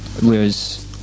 Whereas